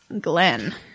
Glenn